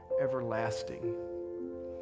everlasting